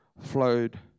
flowed